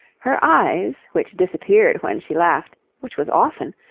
her eyes, which disappeared when she laughed, which was often,